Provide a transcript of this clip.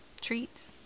treats